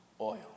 oil